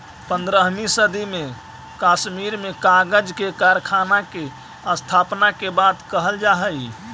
पँद्रहवीं सदी में कश्मीर में कागज के कारखाना के स्थापना के बात कहल जा हई